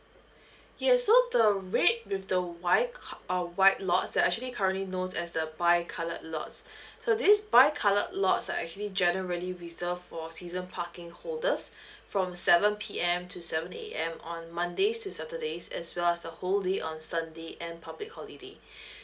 yes so the red with the white car uh white lots that's actually currently known as the bi coloured lots so this bi coloured lots are actually generally reserved for season parking holders from seven P_M to seven A_M on mondays to saturdays as well as the whole day on sunday and public holiday